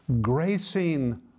gracing